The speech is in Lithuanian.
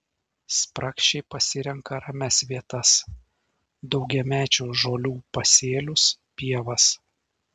spragšiai pasirenka ramias vietas daugiamečių žolių pasėlius pievas